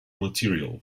material